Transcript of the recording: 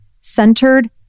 centered